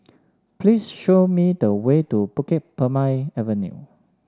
please show me the way to Bukit Purmei Avenue